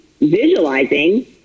visualizing